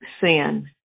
sin